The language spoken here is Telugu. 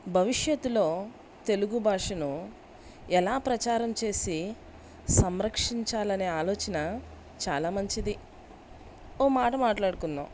భవిష్యత్లో తెలుగు భాషను ఎలా ప్రచారం చేసి సంరక్షించాలనే ఆలోచన చాలా మంచిది ఓ మాట మాట్లాడుకుందాం